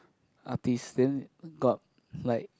artist then got like